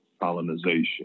colonization